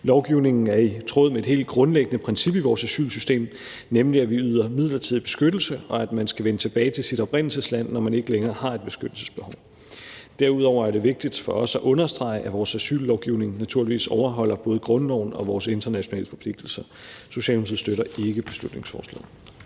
Lovgivningen er i tråd med et helt grundlæggende princip i vores asylsystem, nemlig at vi yder midlertidig beskyttelse, og at man skal vende tilbage til sit oprindelsesland, når man ikke længere har et beskyttelsesbehov. Derudover er det vigtigt for os at understrege, at vores asyllovgivning naturligvis overholder både grundloven og vores internationale forpligtelser. Socialdemokratiet støtter ikke beslutningsforslaget.